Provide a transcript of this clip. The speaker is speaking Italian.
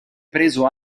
preso